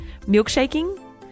milkshaking